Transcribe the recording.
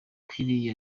kylie